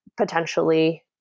potentially